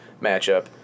matchup